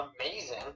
amazing